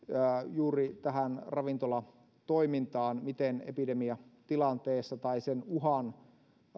juuri tähän ravintolatoimintaan miten epidemiatilanteessa tai sen uhan